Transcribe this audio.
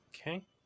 okay